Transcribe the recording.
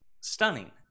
stunning